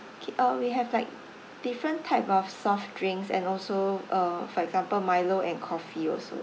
K uh we have like different type of soft drinks and also uh for example milo and coffee also